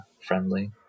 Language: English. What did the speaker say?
friendly